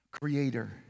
creator